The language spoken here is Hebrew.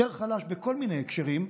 יותר חלש בכל מיני הקשרים,